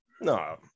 No